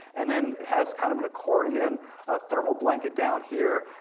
and then it has kind of an accordion ah thermal blanket down here,